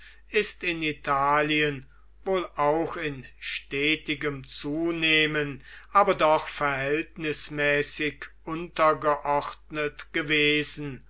ist in italien wohl auch in stetigem zunehmen aber doch verhältnismäßig untergeordnet gewesen